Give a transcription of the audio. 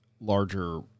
larger